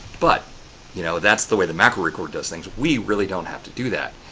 but you know, that's the way the macro record does things. we really don't have to do that.